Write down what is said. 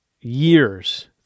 years –